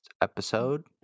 Episode